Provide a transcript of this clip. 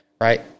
right